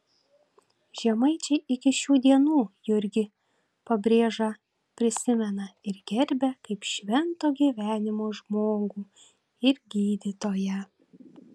žemaičiai iki šių dienų jurgį pabrėžą prisimena ir gerbia kaip švento gyvenimo žmogų ir gydytoją